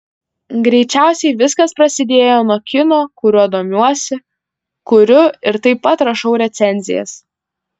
greičiausiai viskas prasidėjo nuo kino kuriuo domiuosi kuriu ir taip pat rašau recenzijas